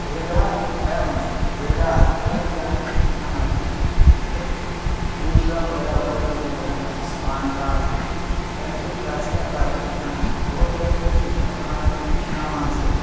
भेदः अयमस्ति भेदः असीत् परन्तु इदानीं तथा नास्ति पुरुषाः महिलाः वयो मध्ये भेदः नास्ति समानता अस्ति परन्तु प्राचीनकाले तथा नासीद् बहुत्र तु शिक्षाप्रणाल्यां पश्यामः चेत्